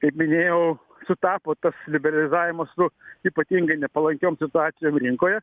kaip minėjau sutapo tas liberalizavimas su ypatingai nepalankiom situacijojm rinkoje